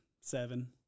Seven